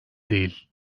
değil